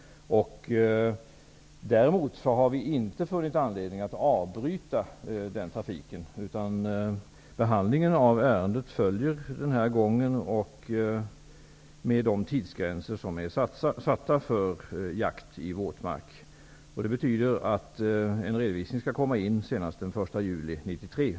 Däremot har vi inte funnit anledning att avbryta den trafiken. Behandlingen av ärendet följer den vanliga gången med de tidsgränser som är satta för jakt i våtmarker. Det betyder att en redovisning skall komma in senast den 1 juli 1993.